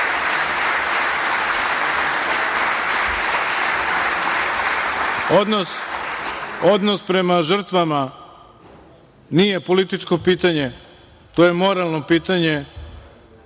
prema žrtvama nije političko pitanje, to je moralno pitanje,